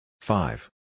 Five